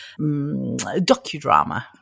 docudrama